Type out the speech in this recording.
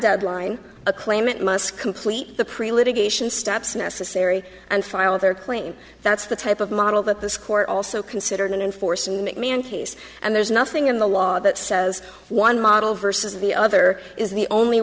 deadline a claimant must complete the pre litigation steps necessary and file their claim that's the type of model that this court also considered an enforcement me in case and there's nothing in the law that says one model versus the other is the only